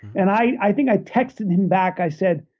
and i i think i texted him back. i said,